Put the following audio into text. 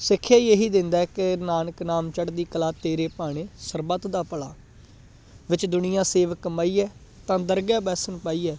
ਸਿੱਖਿਆ ਹੀ ਇਹੀ ਦਿੰਦਾ ਕਿ ਨਾਨਕ ਨਾਮ ਚੜ੍ਹਦੀ ਕਲਾ ਤੇਰੇ ਭਾਣੇ ਸਰਬਤ ਦਾ ਭਲਾ ਵਿਚਿ ਦੁਨੀਆ ਸੇਵ ਕਮਾਈਐ ਤਾ ਦਰਗਹ ਬੈਸਣੁ ਪਾਈਐ